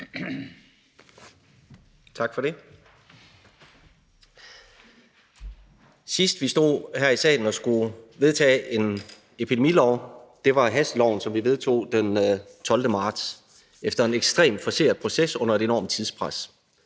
Tak for det. Sidst vi stod her i salen og skulle vedtage en epidemilov, var det hasteloven, som vi vedtog den 12. marts efter en ekstremt forceret proces og under et enormt tidspres,